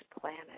planet